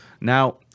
now